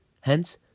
Hence